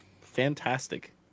fantastic